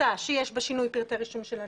החלטה שיש בה שינוי פרטי רישום של אדם,